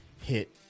hit